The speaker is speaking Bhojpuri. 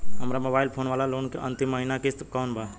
हमार मोबाइल फोन वाला लोन के अंतिम महिना किश्त कौन बा?